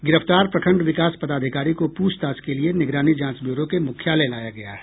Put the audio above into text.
गिरफ्तार प्रखंड विकास पदाधिकारी को पूछताछ के लिए निगरानी जांच ब्यूरो के मुख्यालय लाया गया है